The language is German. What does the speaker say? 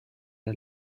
der